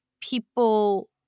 people